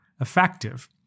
effective